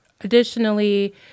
additionally